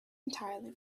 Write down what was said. entirely